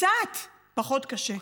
קצת פחות קשה.